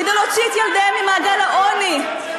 כדי להוציא את ילדיהן ממעגל העוני.